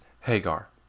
Hagar